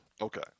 okay